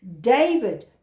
David